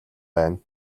байна